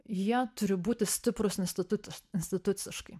jie turi būti stiprūs institutus instituciškai